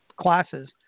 classes